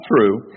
true